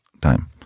time